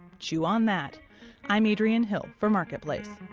chew on that i'm adriene hill for marketplace